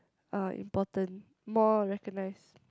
uh important more recognized